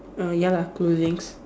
uh ya lah clothing's